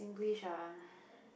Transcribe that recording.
wish ah